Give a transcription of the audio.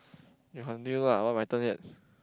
you continue lah not my turn yet